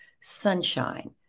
sunshine